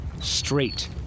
straight